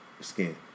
skin